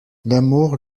l’amour